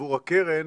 עבור הקרן,